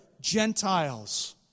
Gentiles